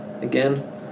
again